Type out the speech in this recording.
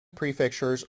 prefectures